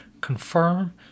confirm